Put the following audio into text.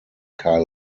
karl